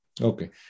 Okay